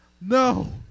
No